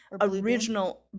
original